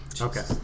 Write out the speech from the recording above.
Okay